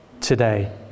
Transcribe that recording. today